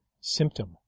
symptom